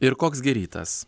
ir koks gi rytas